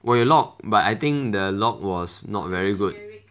我有 lock but I think the lock was not very good